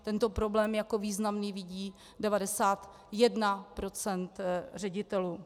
Tento problém jako významný vidí 91 % ředitelů.